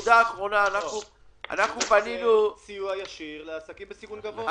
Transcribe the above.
נקודה אחרונה ----- סיוע ישיר לעסקים בסיכון גבוה.